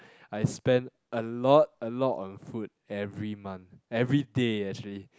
I spend a lot a lot on food every month everyday actually